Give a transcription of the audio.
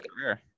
career